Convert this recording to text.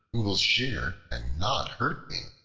who will shear and not hurt me.